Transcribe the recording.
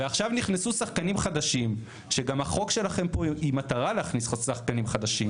ועכשיו נכנסו שחקנים חדשים שגם החוק שלכם היא מטרה להכניס שחקנים חדשים,